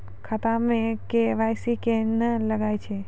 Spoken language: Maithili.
खाता मे के.वाई.सी कहिने लगय छै?